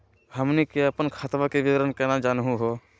हमनी के अपन खतवा के विवरण केना जानहु हो?